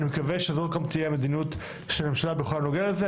ואני מקווה שזו גם תהיה המדיניות של הממשלה בכל הנוגע לזה.